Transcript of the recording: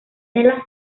nella